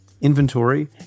inventory